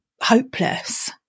hopeless